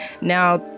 now